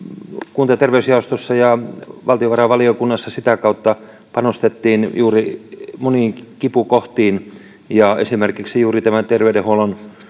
kunta ja terveysjaostossa ja valtiovarainvaliokunnassa sitä kautta panostettiin moniin kipukohtiin ja esimerkiksi juuri tämä terveydenhuollon